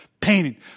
Painting